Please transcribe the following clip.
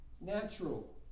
natural